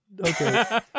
Okay